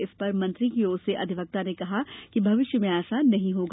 इस पर मंत्री की ओर से अधिवक्ता ने कहा कि भविष्य में ऐसा नहीं होगा